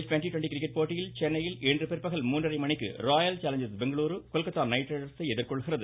twenty twenty cricket போட்டியில் சென்னையில் இன்று பிற்பகல் மூன்றரை மணிக்கு ராயல் சேலஞ்சர்ஸ் பெங்களுரு கொல்கத்தா நைட்ரைடர்ஸை எதிர்கொள்கிறது